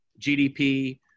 GDP